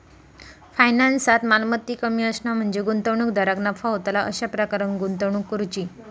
फायनान्सात, मालमत्ता कमी असणा म्हणजे गुंतवणूकदाराक नफा होतला अशा प्रकारान गुंतवणूक करुची